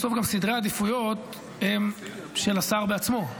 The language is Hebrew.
בסוף גם סדרי העדיפויות הם של השר בעצמו.